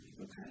Okay